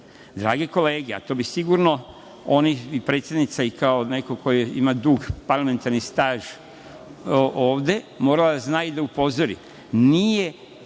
se“.Drage kolege, a to bi sigurno predsednica i kao neko ko ima dug parlamentarni staž ovde morala da zna i da upozori,